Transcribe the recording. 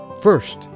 First